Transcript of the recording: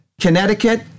Connecticut